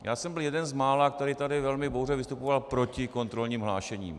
Já jsem byl jeden z mála, který tady velmi bouřlivě vystupoval proti kontrolním hlášením.